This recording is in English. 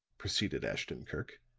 proceeded ashton-kirk,